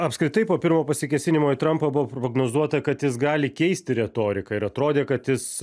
apskritai po pirmo pasikėsinimo į trampą buvo prognozuota kad jis gali keisti retoriką ir atrodė kad jis